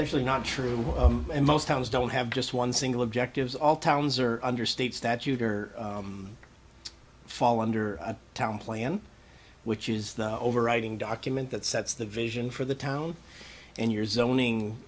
really not true in most towns don't have just one single objectives all towns are under state statute or fall under a town plan which is the overriding document that sets the vision for the town and your zoning